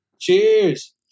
Cheers